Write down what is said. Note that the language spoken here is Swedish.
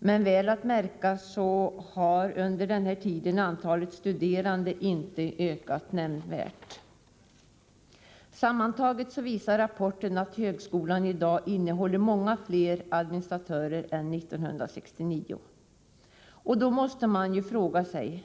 Men märk väl att antalet studerande under denna tid inte har ökat nämnvärt. Sammantaget visar rapporten att högskolan i dag innehåller många fler administratörer än 1969. Man måste då fråga sig: